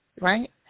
right